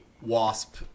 wasp